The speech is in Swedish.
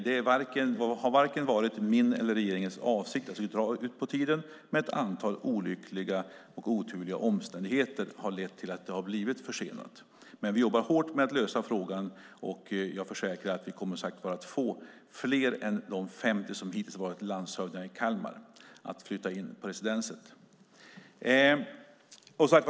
Det har inte varit vare sig min eller regeringens avsikt att det skulle dra ut på tiden, men ett antal olyckliga och oturliga omständligheter har lett till att det har blivit försenat. Vi jobbar hårt med att lösa frågan, och jag försäkrar er att vi kommer att få fler än de 50 som hittills har varit landshövdingar i Kalmar att flytta in i residenset.